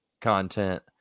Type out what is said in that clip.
content